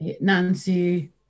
Nancy